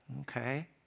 Okay